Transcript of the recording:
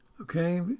Okay